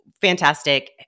fantastic